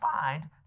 find